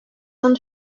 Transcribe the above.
san